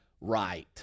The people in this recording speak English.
right